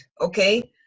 okay